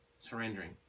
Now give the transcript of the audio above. surrendering